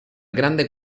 grandes